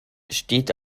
steht